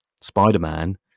Spider-Man